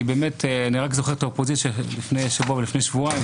אני זוכר את האופוזיציה לפני שבוע ולפני שבועיים,